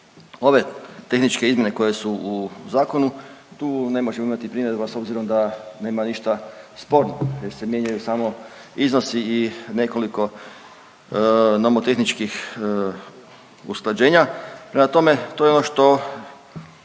Ove tehničke izmjene koje su u zakonu, tu ne možemo imati primjedba s obzirom da nema ništa sporno jer se mijenjaju samo iznosi i nekoliko nomotehničkih usklađenja. Prema tome to je ono što